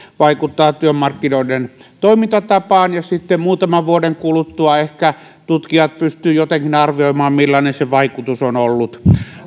vaikuttavat työmarkkinoiden toimintatapaan ja sitten muutaman vuoden kuluttua ehkä tutkijat pystyvät jotenkin arvioimaan millainen se vaikutus on ollut